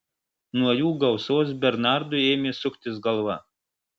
nuo jų gausos bernardui ėmė suktis galva